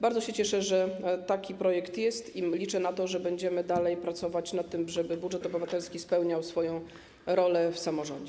Bardzo się cieszę, że taki projekt jest, i liczę na to, że będziemy dalej pracować nad tym, żeby budżet obywatelski spełniał swoją rolę w samorządzie.